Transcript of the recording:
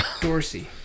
Dorsey